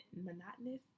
monotonous